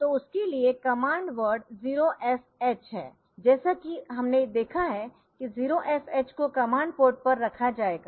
तो उसके लिए कमांड वर्ड 0f h है जैसा कि हमने देखा है 0fh को कमांड पोर्ट पर रखा जाएगा